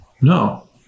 No